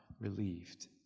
relieved